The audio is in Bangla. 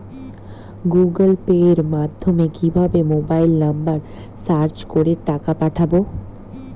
গুগোল পের মাধ্যমে কিভাবে মোবাইল নাম্বার সার্চ করে টাকা পাঠাবো?